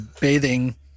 bathing